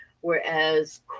whereas